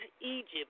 Egypt